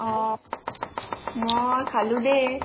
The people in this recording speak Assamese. অঁ মই খালো দেই